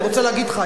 אני רוצה להגיד לך,